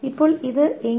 ഇപ്പോൾ ഇത് എങ്കിൽ